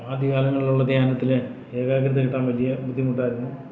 ആദ്യകാലങ്ങളിലുള്ള ധ്യാനത്തിൽ ഏകാഗ്രത കിട്ടാൻ വലിയ ബുദ്ധിമുട്ടായിരുന്നു